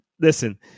Listen